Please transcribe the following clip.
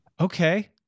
Okay